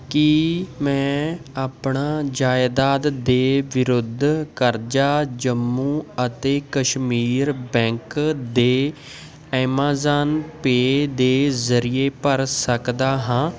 ਕੀ ਮੈਂ ਆਪਣਾ ਜਾਇਦਾਦ ਦੇ ਵਿਰੁੱਧ ਕਰਜ਼ਾ ਜੰਮੂ ਅਤੇ ਕਸ਼ਮੀਰ ਬੈਂਕ ਦੇ ਐਮਾਜ਼ਾਨ ਪੇ ਦੇ ਜ਼ਰੀਏ ਭਰ ਸਕਦਾ ਹਾਂ